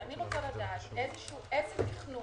אבל אני רוצה לדעת איזה תכנון